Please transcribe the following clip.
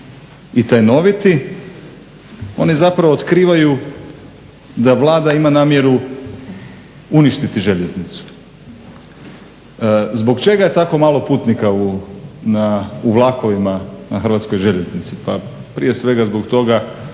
i tajnoviti, oni zapravo otkrivaju da Vlada ima namjeru uništiti željeznicu. Zbog čega je takom malo putnika u vlakovima na Hrvatskoj željeznici? Pa prije svega zbog toga